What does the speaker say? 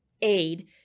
aid